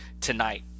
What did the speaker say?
tonight